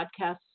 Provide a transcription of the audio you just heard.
podcasts